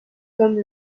comme